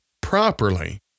properly